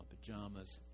pajamas